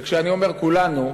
וכשאני אומר "כולנו",